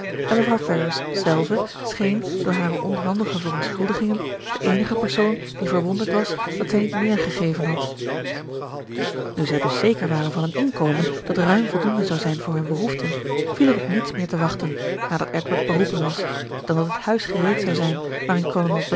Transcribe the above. en mevrouw ferrars zelve scheen door hare onhandige verontschuldigingen de eenige persoon die verwonderd was dat zij niet meer gegeven had nu zij dus zeker waren van een inkomen dat ruim voldoende zou zijn voor hunne behoeften viel er op niets meer te wachten nadat edward beroepen was dan dat het huis gereed zou zijn waarin